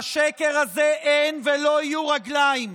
לשקר הזה אין ולא יהיו רגליים.